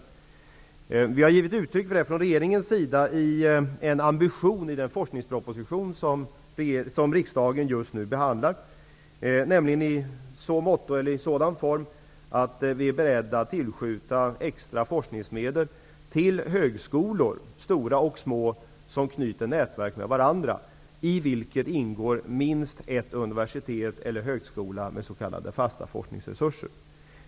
Detta har vi från regeringens sida givit uttryck för i en ambition i den forskningsproposition som riksdagen just nu behandlar, nämligen i så måtto att vi är beredda att tillskjuta extra forskningsmedel till stora och små högskolor som knyter nätverk med varandra, i vilka ingår minst ett universitet eller en högskola med s.k. fasta forskningsresurser.